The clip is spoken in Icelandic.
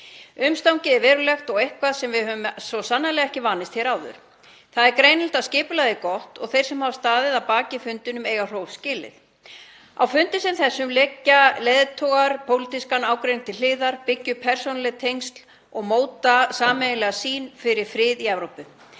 Umstangið er verulegt og eitthvað sem við höfum svo sannarlega ekki vanist hér áður. Það er greinilegt að skipulagið er gott og þeir sem standa að baki fundinum eiga hrós skilið. Á fundi sem þessum leggja leiðtogar pólitískan ágreining til hliðar, byggja upp persónuleg tengsl og móta sameiginlega sýn fyrir frið í Evrópu.